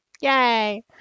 yay